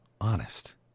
honest